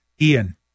Ian